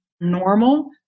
normal